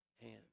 hand